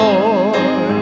Lord